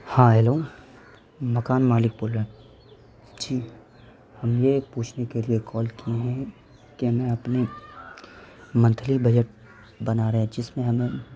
ہاں ہیلو مکان مالک بول رہے ہیں جی ہم یہ پوچھنے کے لیے کال کیے ہیں کہ ہمیں اپنے منتھلی بجت بنا رہے ہیں جس میں ہمیں